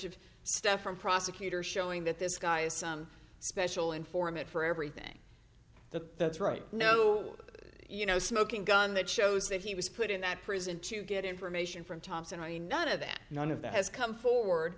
of stuff from prosecutors showing that this guy is some special informant for everything the no you know smoking gun that shows that he was put in that prison to get information from thompson i mean none of that none of that has come forward